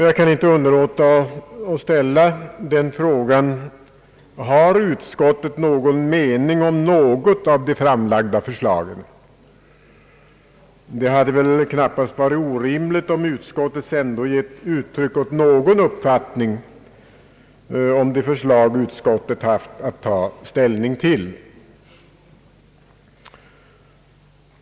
Jag kan inte underlåta att ställa frågan: Har utskottet någon mening om något av de framlagda förslagen? Det hade väl knappast varit orimligt om utskottet ändå gett uttryck åt någon uppfattning om de förslag utskottet haft att ta ställning till.